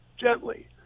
gently